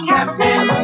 Captain